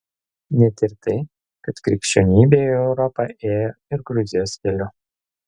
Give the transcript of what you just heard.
net ir tai kad krikščionybė į europą ėjo ir gruzijos keliu